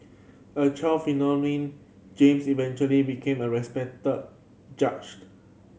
a child James eventually became a respected judged